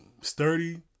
sturdy